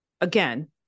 Again